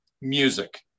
music